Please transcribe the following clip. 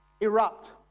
erupt